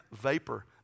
Vapor